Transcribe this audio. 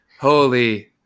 holy